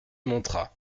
montra